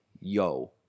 yo